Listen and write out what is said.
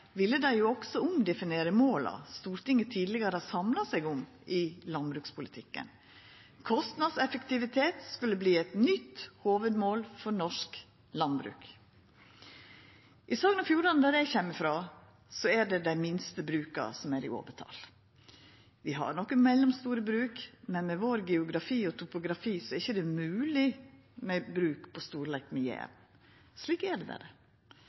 ville dei også omdefinera måla som Stortinget tidlegare har samla seg om i landbrukspolitikken. Kostnadseffektivitet skulle verta eit nytt hovudmål for norsk landbruk. I Sogn og Fjordane, der eg kjem frå, er dei minste bruka i overtal. Vi har nokre mellomstore bruk, men med vår geografi og topografi er det ikkje mogleg med bruk på storleik med dei på Jæren. Slik er det berre.